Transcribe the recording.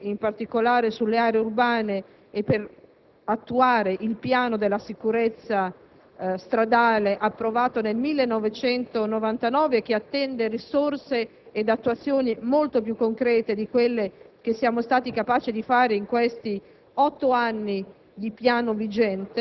a fare di più e ad intervenire in particolare sulle aree urbane al fine di attuare il piano della sicurezza stradale approvato nel 1999, ma che è in attesa di risorse e di attuazioni molto più concrete di quelle che siamo stati capaci di realizzare in questi otto